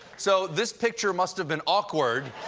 so this picture must have been awkward.